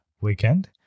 weekend